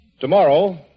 Tomorrow